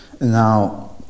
Now